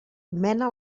mena